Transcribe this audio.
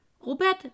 Robert